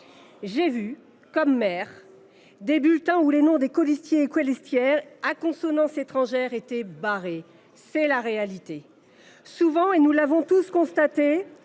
J’ai vu, comme maire, des bulletins où les noms de colistiers ou colistières à consonance étrangère étaient barrés. C’est une réalité. Souvent, et nous l’avons tous constaté,